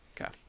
Okay